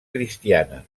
cristiana